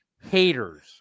haters